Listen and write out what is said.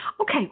Okay